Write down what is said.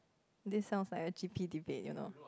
this sounds like a G_P debate you know